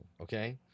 Okay